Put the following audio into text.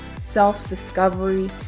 self-discovery